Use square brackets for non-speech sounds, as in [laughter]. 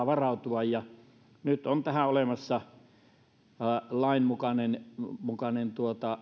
[unintelligible] varautua ja nyt on tähän olemassa lainmukainen lainmukainen